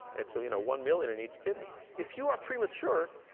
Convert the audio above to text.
and so you know one million in each kidney. if you are premature,